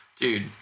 Dude